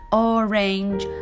orange